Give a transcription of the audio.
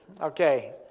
Okay